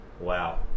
wow